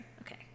Okay